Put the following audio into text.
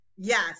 yes